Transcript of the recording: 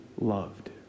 loved